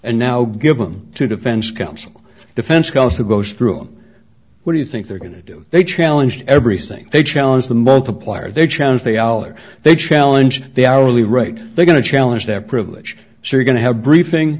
and now give them to defense counsel defense counsel goes through what do you think they're going to do they challenge everything they challenge the multiplier they chance they all or they challenge the hourly rate they're going to challenge their privilege so you're going to have briefing